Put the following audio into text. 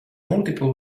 multiple